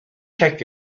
check